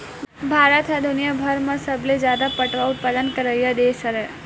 भारत ह दुनियाभर म सबले जादा पटवा उत्पादन करइया देस हरय